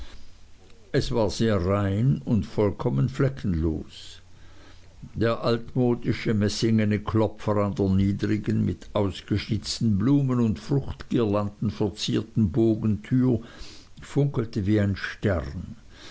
es war sehr rein und vollkommen fleckenlos der altmodische messingne klopfer an der niedrigen mit ausgeschnitzten blumen und fruchtguirlanden verzierten bogentür funkelte wie ein stern